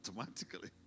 automatically